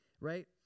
right